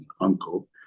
uncle